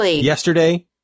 yesterday